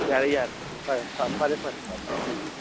ꯌꯥꯔꯦ ꯌꯥꯔꯦ ꯐꯔꯦ ꯐꯔꯦ ꯐꯔꯦ ꯎꯝ ꯎꯝ